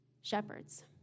shepherds